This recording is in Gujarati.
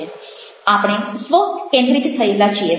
આપણે સ્વ કેન્દ્રિત થયેલા છીએ